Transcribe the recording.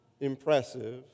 impressive